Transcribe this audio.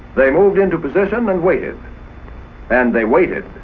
they moved into position and waited and they waited